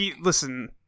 Listen